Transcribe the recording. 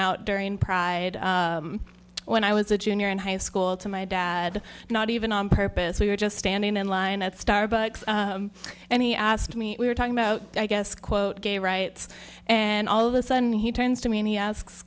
out during pride when i was a junior in high school to my dad not even on purpose we were just standing in line at starbucks and he asked me if we were talking about i guess quote gay rights and all of a sudden he turns to me and he asks